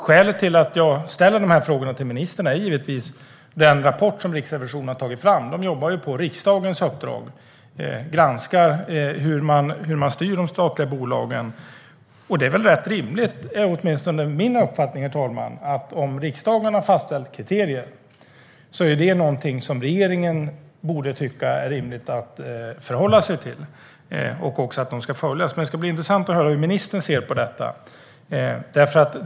Skälet till att jag ställer de här frågorna till ministern är givetvis den rapport som Riksrevisionen har tagit fram. Riksrevisionen jobbar ju med att på riksdagens uppdrag granska hur de statliga bolagen styrs. Det är väl rätt rimligt, herr talman, åtminstone enligt min uppfattning - om riksdagen har fastställt kriterier borde regeringen tycka att det är rimligt att förhålla sig till dem och även att de ska följas. Det ska bli intressant att höra hur ministern ser på detta.